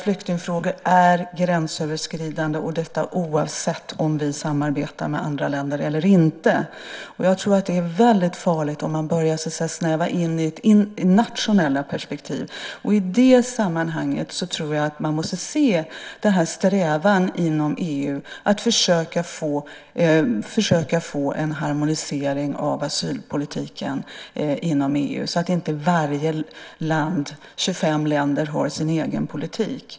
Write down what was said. Flyktingfrågor är gränsöverskridande oavsett om vi samarbetar med andra länder eller inte. Det är farligt om vi börjar snäva in mot nationella perspektiv. Det är i det sammanhanget som man måste se den strävan som finns inom EU att försöka få en harmonisering av asylpolitiken så att inte varje land, 25 länder, har sin egen politik.